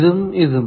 ഇതും ഇതും